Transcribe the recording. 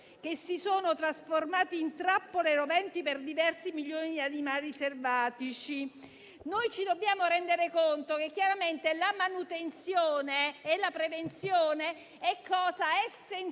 che si sono trasformati in trappole roventi per diversi milioni di animali selvatici. Ci dobbiamo rendere conto che la manutenzione e la prevenzione sono essenziali